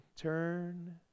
turn